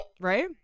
Right